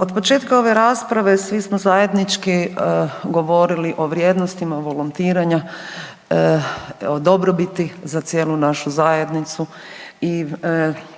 Otpočetka ove rasprave svi smo zajednički govorili o vrijednostima volontiranja, o dobrobiti za cijelu našu zajednicu i